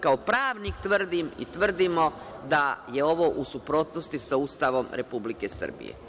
Kao pravnik tvrdim, i tvrdimo, da je ovo u suprotnosti sa Ustavom Republike Srbije.